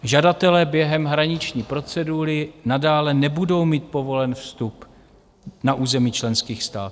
Žadatelé během hraniční procedury nadále nebudou mít povolen vstup na území členských států.